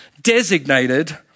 designated